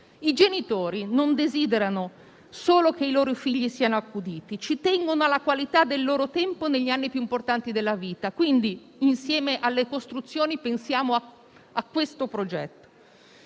I genitori non desiderano solo che i loro figli siano accuditi; ci tengono alla qualità del loro tempo negli anni più importanti della vita. Pertanto, insieme alle costruzioni pensiamo a questo progetto.